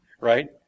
Right